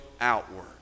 outward